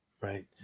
Right